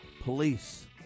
police